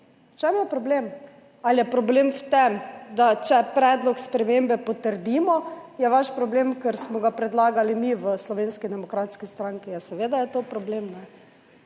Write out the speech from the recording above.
V čem je problem? Ali je problem v tem, da če predlog spremembe potrdimo, je vaš problem, ker smo ga predlagali mi v Slovenski demokratski stranki? Seveda je to problem.